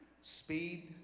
Speed